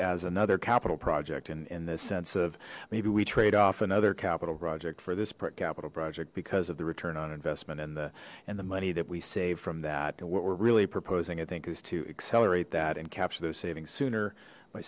as another capital project and in this sense of maybe we trade off another capital project for this prick capital project because of the return on investment and the and the money that we save from that what we're really proposing i think is to accelerate that and capture those savings sooner